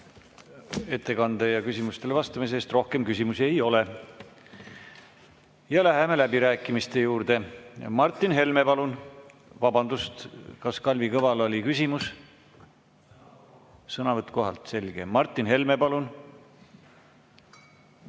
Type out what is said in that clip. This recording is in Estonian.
ettekande ja küsimustele vastamise eest! Rohkem küsimusi ei ole. Läheme läbirääkimiste juurde. Martin Helme, palun! Vabandust! Kas Kalvi Kõval oli küsimus? Sõnavõtt kohalt? Selge. Martin Helme, palun!